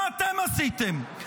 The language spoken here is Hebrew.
מה אתם עשיתם?